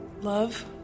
Love